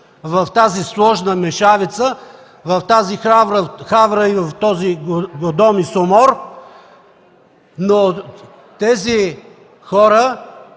в тази сложна мешавица, в тази хавра и в този Содом и Гомор, но тези хора